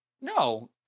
No